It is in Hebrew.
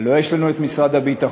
הלוא יש לנו משרד הביטחון